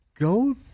Go